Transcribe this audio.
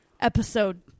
episode